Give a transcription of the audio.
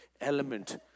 element